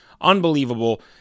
Unbelievable